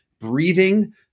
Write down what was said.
breathing